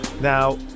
Now